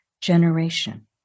generation